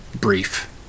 brief